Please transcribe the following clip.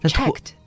checked